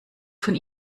von